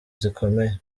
zikomeye